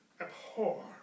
Abhor